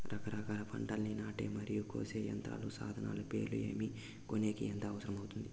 రకరకాల పంటలని నాటే మరియు కోసే యంత్రాలు, సాధనాలు పేర్లు ఏమి, కొనేకి ఎంత అవసరం అవుతుంది?